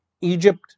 Egypt